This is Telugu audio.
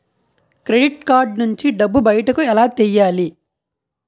క్రెడిట్ కార్డ్ నుంచి డబ్బు బయటకు ఎలా తెయ్యలి?